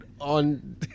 on